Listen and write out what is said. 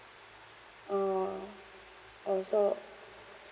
orh orh so